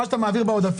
מה שאתה מעביר בעודפים,